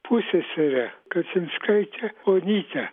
pusseserę kasinskaitę onytę